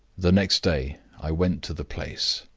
the next day i went to the place.